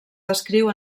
descriu